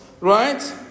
Right